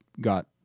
got